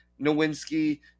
Nowinski